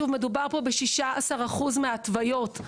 מדובר פה בכ-16% מההתוויות.